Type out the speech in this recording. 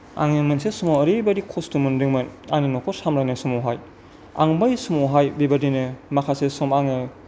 आङो मोनसे समाव ओरैबायदि खस्त' मोन्दोंमोन आंनि न'खर सामलायनाय समावहाय आं बै समावहाय बेबायदिनो माखासे समाव आङो